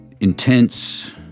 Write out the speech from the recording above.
intense